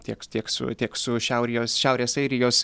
tieks tiek su tiek su šiaurijos šiaurės airijos